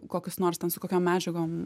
kokius nors ten su kokiom medžiagom